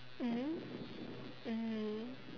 mmhmm mmhmm